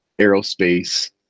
aerospace